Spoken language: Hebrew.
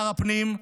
שר הפנים,